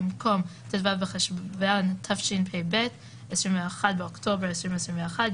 במקום ״ט״ו בחשוון התשפ״ב (21 באוקטובר 2021)"